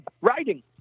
writing